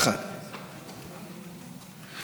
עומדים פה פעם אחר פעם ראש הממשלה,